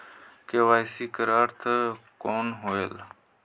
KYC कर अर्थ कौन होएल?